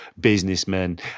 businessmen